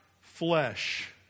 flesh